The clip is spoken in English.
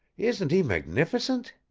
isn't he magnificent?